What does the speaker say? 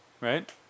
right